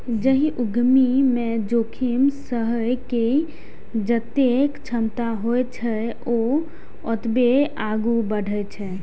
जाहि उद्यमी मे जोखिम सहै के जतेक क्षमता होइ छै, ओ ओतबे आगू बढ़ै छै